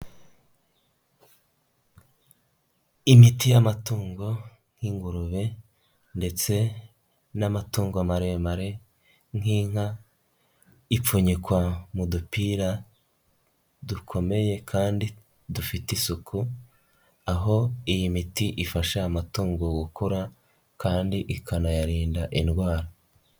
Imiti y'amatungo nk'ingurube ndetse n'amatungo maremare nk'inka. Ipfunyikwa mu dupira dukomeye kandi dufite isuku. Aho iyi miti ifasha amatungo gukura kandi ikanayarinda indwara.